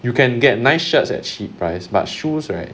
you can get nice shirts at cheap price but shoes right